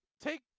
take